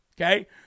okay